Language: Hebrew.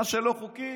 מה שלא חוקי